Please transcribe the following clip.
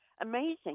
amazing